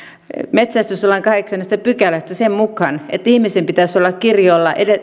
metsästyslain kahdeksannesta pykälästä sen mukaan että ihmisen pitäisi olla kirjoilla